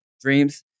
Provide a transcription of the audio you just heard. dreams